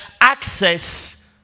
access